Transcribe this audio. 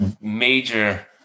major